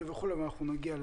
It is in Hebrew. אנחנו נגיע לה.